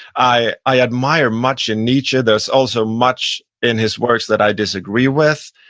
i i admire much in nietzsche. there's also much in his works that i disagree with.